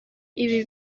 ibi